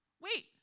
Wait